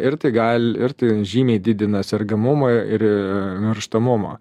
ir tai gal ir tai žymiai didina sergamumą ir mirštamumą